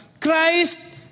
Christ